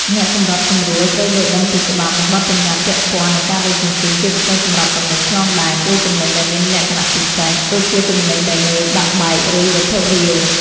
អ្នកសម្របសម្រួលត្រូវយល់ដឹងពីច្បាប់ និងបទប្បញ្ញត្តិពាក់ព័ន្ធនឹងការដឹកជញ្ជូន ជាពិសេសសម្រាប់ទំនិញឆ្លងដែន ឬទំនិញដែលមានលក្ខណៈពិសេស ដូចជាទំនិញដែលងាយបាក់បែក ឬវត្ថុរាវ។